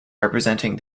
representing